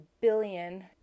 billion